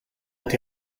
est